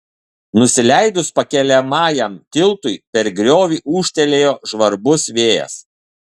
nusileidus pakeliamajam tiltui per griovį ūžtelėjo žvarbus vėjas